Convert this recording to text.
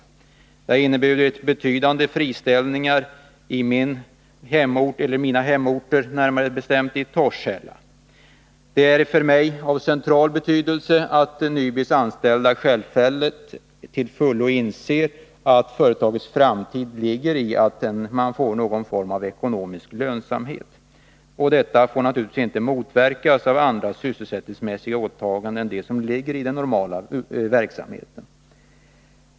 Detta har inneburit betydande friställningar i bl.a. mina hemtrakter, närmare bestämt i Torshälla. Det är självfallet av central betydelse att Nybys anställda till fullo inser att företagets framtid ligger i att man får någon form av ekonomisk lönsamhet. Detta får inte motverkas av att företaget åläggs andra sysselsättningsmässiga åtaganden än dem som ligger i dess normala verksamhet.